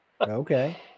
Okay